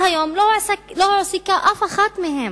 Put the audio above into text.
עד היום לא הועסקה אף אחד מהן.